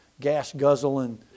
gas-guzzling